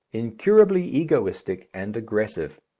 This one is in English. incurably egoistic and aggressive.